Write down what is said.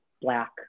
Black